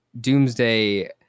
Doomsday